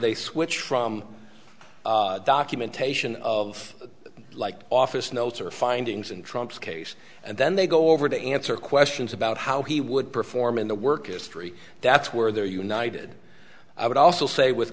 they switch from documentation of like office notes or findings in trump's case and then they go over to answer questions about how he would perform in the work history that's where they're united i would also say with